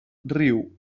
riu